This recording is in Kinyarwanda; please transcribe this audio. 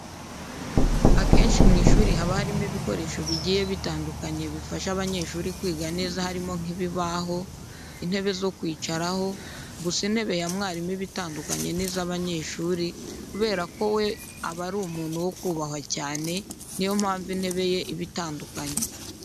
Akenshi mu ishuri haba harimo ibikoresho bigiye bitandukanye bifasha abanyeshuri kwiga neza harimo nk'ibibaho, intebe zo kwicaraho, gusa intebe ya mwarimu iba itandukanye n'izabanyeshuri kubera ko we aba ari umuntu wo kubahwa cyane, ni yo mpamvu intebe ye iba itandukanye.